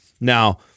Now